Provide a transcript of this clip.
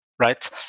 right